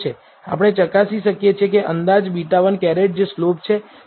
આપણે ચકાસી શકીએ કે અંદાજ β̂ 1 જે સ્લોપ છે તે નોંધપાત્ર છે કે નહીં